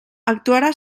actuarà